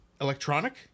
electronic